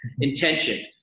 Intention